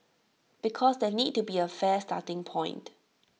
because there needs to be A fair starting point